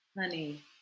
Honey